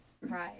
right